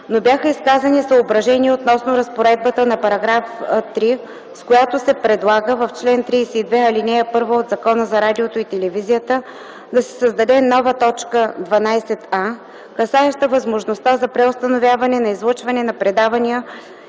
но бяха изказани съображения относно разпоредбата на § 3, с която се предлага в чл. 32, ал. 1 от Закона за радиото и телевизията да се създаде нова т. 12а, касаеща възможността за преустановяване на излъчване на предаване